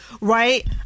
right